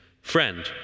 friend